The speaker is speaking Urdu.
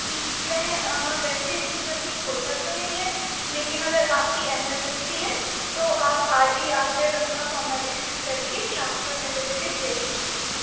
ٹھیک ہے آ ویسے اتنی جلدی ہوتا تو نہیں ہے لیکن اگر آپ کی ایمرجینسی ہے تو آپ آج ہی آ کر اپنا فارمیلٹیز کر کے ٹرانسفر سرٹیفکٹ لے سکتی ہیں